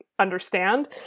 understand